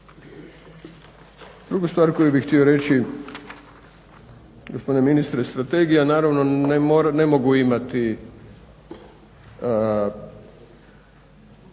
Drugu stvar koju bih htio reći gospodine ministre, strategije naravno ne mogu imati